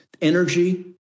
energy